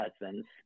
husbands